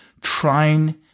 trying